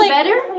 better